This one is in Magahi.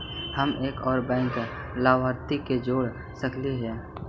हम एक और बैंक लाभार्थी के जोड़ सकली हे?